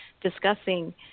discussing